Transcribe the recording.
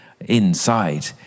inside